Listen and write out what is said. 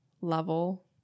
level